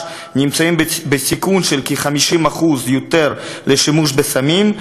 נמצאים בסיכון של כ-50% יותר לשימוש בסמים,